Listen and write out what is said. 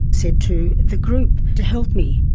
said to the group to help me,